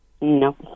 No